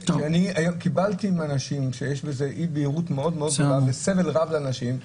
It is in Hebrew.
קיבלתי מאנשים שיש בזה אי-בהירות מאוד גדולה וסבל רב לאנשים.